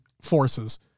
forces